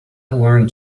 learn